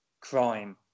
crime